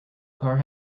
car